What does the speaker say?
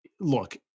look